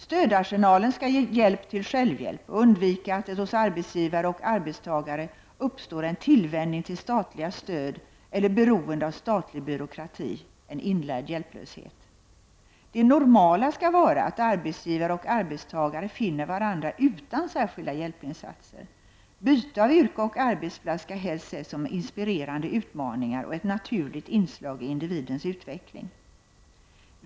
Stödarsenalen skall ge hjälp till självhjälp och undvika att det hos arbetsgivare och arbetstagare uppstår en tillvänjning till statliga stöd eller beroende av statlig byråkrati — en inlärd hjälplöshet. Det normala skall vara att arbetsgivare och arbetstagare finner varandra utan särskilda hjälpinsatser. Byte av yrke och arbetsplats skall helst ses som inspirerande utmaningar och ett naturligt inslag i individens utveckling.